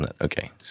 Okay